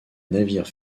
navires